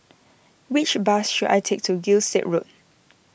Which bus should I take to Gilstead Road